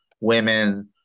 women